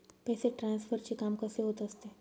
पैसे ट्रान्सफरचे काम कसे होत असते?